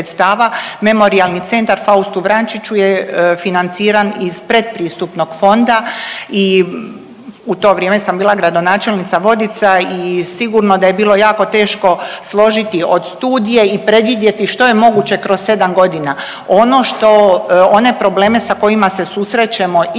Memorijalni centar Faustu Vrančiću je financiran iz pretpristupnog fonda i u to vrijeme sam bila gradonačelnica Vodica i sigurno da je bilo jako teško složiti od studije i predvidjeti što je moguće kroz sedam godina. Ono što one probleme sa kojima se susrećemo i mi